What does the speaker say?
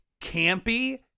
campy